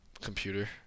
computer